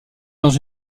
dans